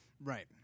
right